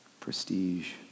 Prestige